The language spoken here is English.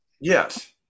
Yes